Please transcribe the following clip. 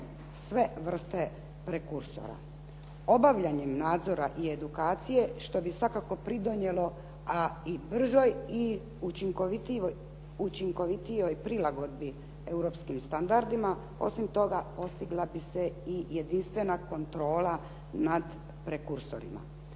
sve vrste prekursora. Obavljanjem nadzora i edukacije, što bi svakako pridonijelo i bržoj i učinkovitijoj prilagodbi europskim standardima, osim toga postigla bi se i jedinstvena kontrola nad prekursorima.